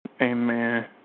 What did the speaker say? Amen